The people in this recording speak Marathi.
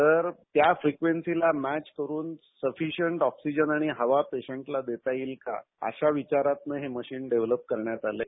तर त्या फ्रीक्वेशीला मॅच्च करून पुरेसा ऑक्सिजन आणि हवा पेशंटला देता येईल का अश्या विचारांत हे मशिन डेव्हलॅप करण्यात आलंय